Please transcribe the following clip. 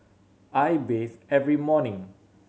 I bathe every morning